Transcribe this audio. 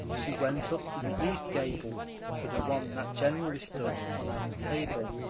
she went up to the east gable for the one that generally stood on anne's table.